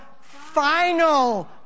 final